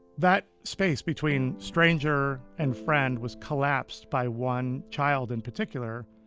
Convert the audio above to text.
that space between stranger and friend was collapsed by one child in particular.